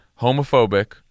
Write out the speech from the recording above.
homophobic